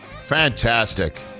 fantastic